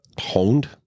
honed